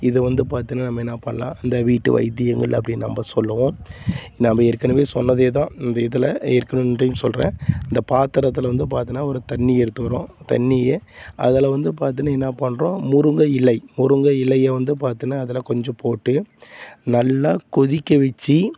இதை வந்து பார்த்தின்னா நம்ம என்ன பண்ணலாம் இந்த வீட்டு வைத்தியங்கள் அப்படின்னு நம்ம சொல்லுவோம் நம்ம ஏற்கனவே சொன்னதே தான் இந்த இதில் ஏற்கனவே இன்னொரு டைம்ஸ் சொல்கிறேன் இந்த பாத்திரத்தல வந்து பார்த்தின்னா ஒரு தண்ணியை எடுத்துக்கிறோம் தண்ணியை அதில் வந்து பார்த்தின்னா என்ன பண்ணுறோம் முருங்கை இலை முருங்கை இலையை வந்து பார்த்தின்னா அதில கொஞ்சம் போட்டு நல்லா கொதிக்க வச்சி